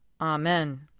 Amen